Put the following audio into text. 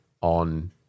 on